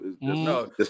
No